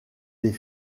des